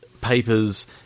Papers